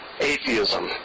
atheism